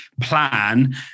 plan